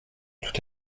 tout